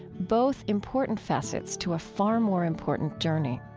both important facets to a far more important journey.